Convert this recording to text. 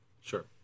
Sure